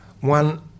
one